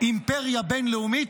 אימפריה בין-לאומית,